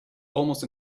almost